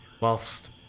Whilst